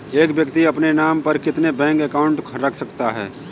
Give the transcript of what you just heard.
एक व्यक्ति अपने नाम पर कितने बैंक अकाउंट रख सकता है?